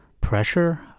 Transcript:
pressure